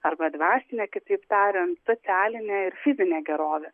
arba dvasinė kitaip tariant socialinė ir fizinė gerovė